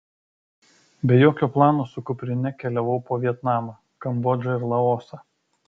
be jokio plano su kuprine keliavau po vietnamą kambodžą ir laosą